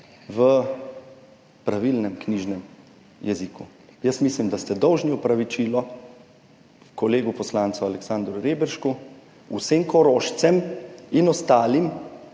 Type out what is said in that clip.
v pravilnem knjižnem jeziku. Jaz mislim, da ste dolžni opravičilo kolegu poslancu Aleksandru Reberšku, vsem Korošcem in ostalim